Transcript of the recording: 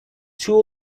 two